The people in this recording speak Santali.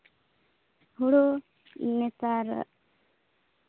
ᱦᱩᱲᱩ ᱱᱮᱛᱟᱨ